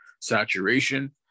saturation